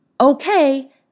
Okay